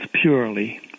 purely